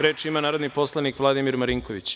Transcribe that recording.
Reč ima narodni poslanik Vladimir Marinković.